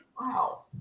wow